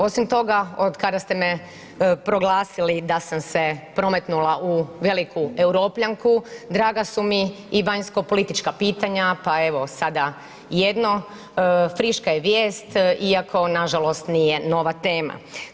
Osim toga od kada ste me proglasili da sam se prometnula u veliku europljanku draga su mi i vanjskopolitička pitanja pa evo sada jedno friška je vijest iako nažalost nije nova tema.